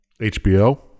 HBO